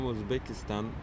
Uzbekistan